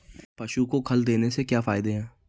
पशु को खल देने से क्या फायदे हैं?